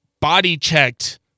body-checked